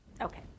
Okay